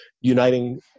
uniting